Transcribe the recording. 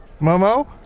Momo